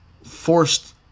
forced